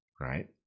right